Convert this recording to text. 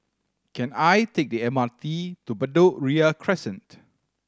can I take the M R T to Bedok Ria Crescent